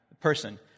person